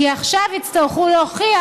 כי עכשיו יצטרכו להוכיח: